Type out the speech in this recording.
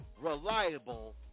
reliable